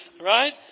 right